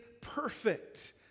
perfect